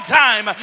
time